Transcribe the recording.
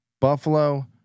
Buffalo